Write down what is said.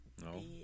No